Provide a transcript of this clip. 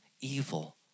evil